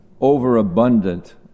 overabundant